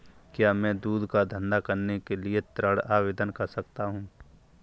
क्या मैं दूध का धंधा करने के लिए ऋण आवेदन कर सकता हूँ?